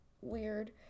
weird